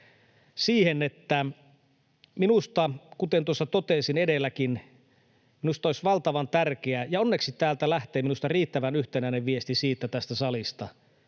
siihen, että minusta, kuten tuossa totesin edelläkin, olisi valtavan tärkeää — ja onneksi täältä salista lähtee minusta riittävän yhtenäinen viesti, ei niin,